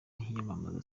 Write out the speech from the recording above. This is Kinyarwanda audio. yamamaza